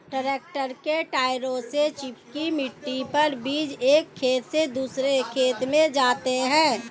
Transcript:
tractor के टायरों से चिपकी मिट्टी पर बीज एक खेत से दूसरे खेत में जाते है